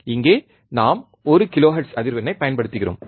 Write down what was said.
இங்கே நாம் ஒரு கிலோஹெர்ட்ஸ் அதிர்வெண்ணைப் பயன்படுத்துகிறோம்